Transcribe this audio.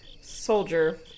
soldier